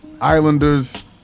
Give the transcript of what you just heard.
Islanders